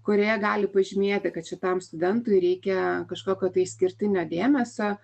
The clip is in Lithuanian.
kurioje gali pažymėti kad šitam studentui reikia kažkokio tai išskirtinio dėmesio